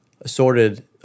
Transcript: assorted